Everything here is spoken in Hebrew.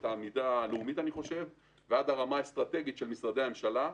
העמידה הלאומית ועד הרמה האסטרטגית של משרדי הממשלה.